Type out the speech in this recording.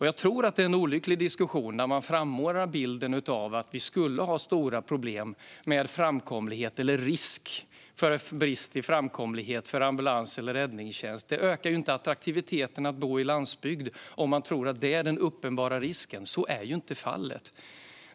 Jag tror att det är olyckligt när man frammålar bilden av att vi skulle ha stora problem med framkomlighet eller att det skulle finnas risk för brist i framkomlighet för ambulans eller räddningstjänst. Det ökar inte attraktiviteten att bo på landsbygden om man tror att det är en uppenbar risk. Så är inte fallet.